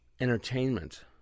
entertainment